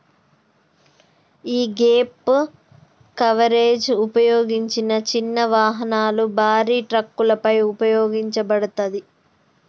యీ gap coverage ఉపయోగించిన చిన్న వాహనాలు, భారీ ట్రక్కులపై ఉపయోగించబడతాది